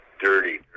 dirty